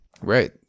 right